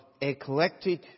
eclectic